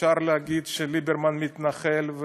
אפשר להגיד שליברמן מתנחל,